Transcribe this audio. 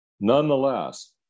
Nonetheless